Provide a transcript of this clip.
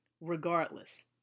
regardless